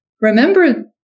remember